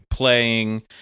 playing